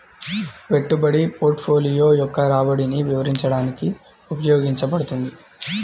పెట్టుబడి పోర్ట్ఫోలియో యొక్క రాబడిని వివరించడానికి ఉపయోగించబడుతుంది